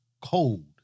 cold